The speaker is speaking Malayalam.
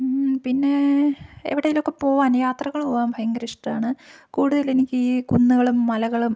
പിന്നെ എവിടെയെങ്കിലുമൊക്കെ പോകാൻ യാത്രകൾ പോകാൻ ഭയങ്കര ഇഷ്ടമാണ് കൂടുതൽ എനിക്ക് ഈ കുന്നുകളും മലകളും